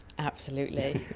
absolutely,